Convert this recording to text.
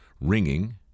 ringing